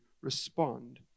respond